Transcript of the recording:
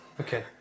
Okay